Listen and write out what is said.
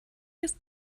ist